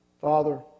Father